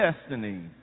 destiny